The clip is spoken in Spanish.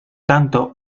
tanto